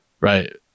right